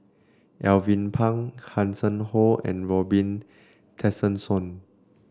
Alvin Pang Hanson Ho and Robin Tessensohn